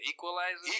Equalizer